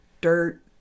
dirt